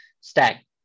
stack